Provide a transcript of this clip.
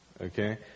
Okay